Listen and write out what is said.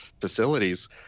facilities